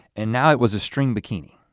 and now it was a string bikini.